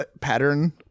pattern